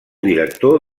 director